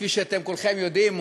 כפי שאתם כולכם יודעים,